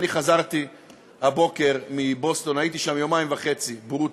חזרתי הבוקר מבוסטון, הייתי שם יומיים וחצי ברוטו.